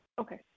Okay